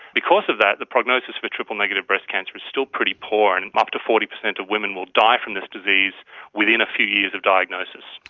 because of that, the prognosis for triple-negative breast cancer is still pretty poor, and up to forty percent of women will die from this disease within a few years of diagnosis.